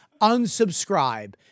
unsubscribe